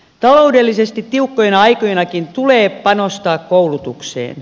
taloudellisesti tiukkoina aikoinakin tulee panostaa koulutukseen